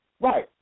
Right